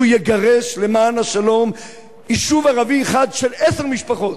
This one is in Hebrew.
שהוא יגרש למען השלום יישוב ערבי אחד של עשר משפחות,